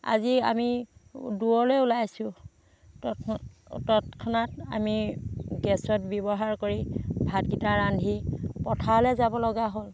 আজি আমি দূৰলৈ ওলাইছোঁ তৎ তৎক্ষণাত আমি গেছত ব্যৱহাৰ কৰি ভাতগিটা ৰান্ধি পথাৰলৈ যাব লগা হ'ল